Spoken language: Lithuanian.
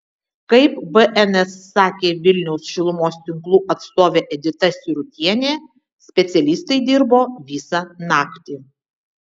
kaip bns sakė vilniaus šilumos tinklų atstovė edita sirutienė specialistai dirbo visą naktį